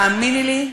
תאמיני לי,